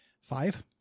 Five